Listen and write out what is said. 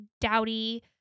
dowdy